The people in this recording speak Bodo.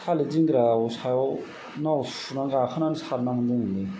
थालेर दिङा सायाव नाव सुनानै गाखोनानै सारनानै मोनदोंनोलै